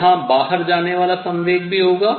यहाँ बाहर जाने वाला संवेग भी होगा